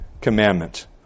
commandment